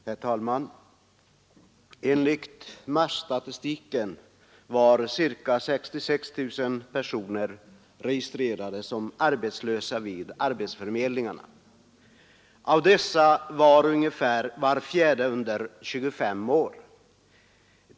Herr talman! Enligt marsstatistiken var ca 66 000 personer registrerade som arbetslösa vid arbetsförmedlingarna. Av dessa var ungefär var fjärde under 25 år.